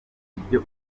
ibyo